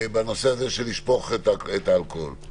בנושא של לשפוך את האלכוהול?